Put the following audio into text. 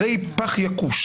הרי היא פח יקוש.